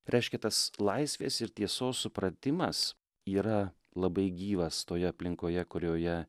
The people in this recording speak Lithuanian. reiškia tas laisvės ir tiesos supratimas yra labai gyvas toje aplinkoje kurioje